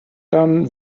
dann